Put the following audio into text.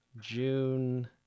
June